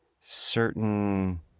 certain